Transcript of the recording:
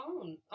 own